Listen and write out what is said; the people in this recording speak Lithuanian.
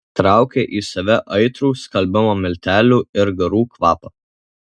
traukė į save aitrų skalbimo miltelių ir garų kvapą